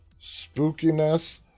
spookiness